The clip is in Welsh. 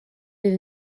fydd